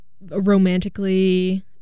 romantically